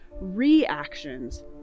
reactions